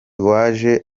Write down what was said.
waje